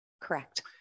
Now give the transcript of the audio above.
Correct